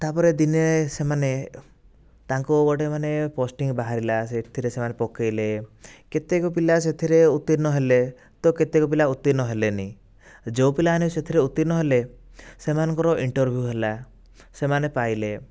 ତା'ପରେ ଦିନେ ସେମାନେ ତାଙ୍କୁ ଗୋଟେ ମାନେ ପୋଷ୍ଟିଂ ବାହାରିଲା ସେଥିରେ ସେମାନେ ପକାଇଲେ କେତେକ ପିଲା ସେଥିରେ ଉତିର୍ଣ୍ଣ ହେଲେ ତ କେତେକ ପିଲା ଉତିର୍ଣ୍ଣ ହେଲେନି ଯେଉଁ ପିଲାମାନେ ବି ସେଥିରେ ଉତିର୍ଣ୍ଣ ହେଲେ ସେମାନଙ୍କର ଇଣ୍ଟର୍ଭିଉ ହେଲା ସେମାନେ ପାଇଲେ